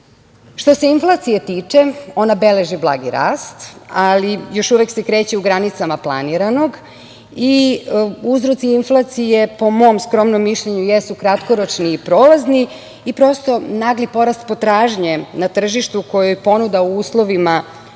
se inflacije tiče ona beleži blagi rast, ali još uvek se kreće u granicama planiranog i uzroci inflacije po mom skromnom mišljenju jesu kratkoročni i prolazni i prosto nagli porast potražnje na tržištu kojoj ponuda u uslovima